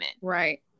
right